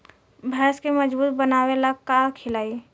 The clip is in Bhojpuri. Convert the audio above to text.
भैंस के मजबूत बनावे ला का खिलाई?